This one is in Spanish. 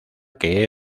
que